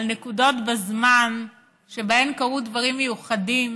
נקודות בזמן שבהן קרו דברים מיוחדים